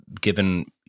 given